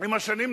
עם השנים,